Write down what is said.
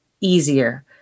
easier